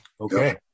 Okay